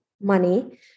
money